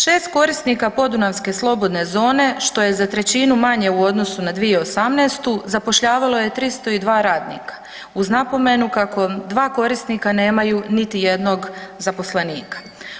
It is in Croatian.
6 korisnika Podunavske slobodne zone, što je za trećinu manje u odnosu na 2018. zapošljavalo je 302 radnika, iz napomenu kako dva korisnika nemaju niti jednog zaposlenika.